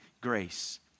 grace